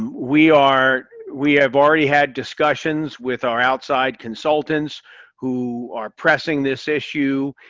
we are we have already had discussions with our outside consultants who are pressing this issue.